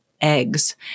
eggs